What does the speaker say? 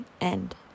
end